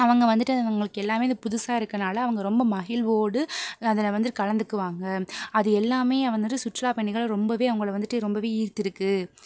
அவங்க வந்துவிட்டு அவங்களுக்கு எல்லாமே இது புதுசாக இருக்கனால அவங்க ரொம்ப மகிழ்வோடு அதில் வந்து கலந்துக்குவாங்க அது எல்லாமே வந்துவிட்டு சுற்றுலா பயணிகளை ரொம்பவே அவங்கள வந்துவிட்டு ரொம்பவே ஈர்த்து இருக்கு